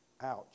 Ouch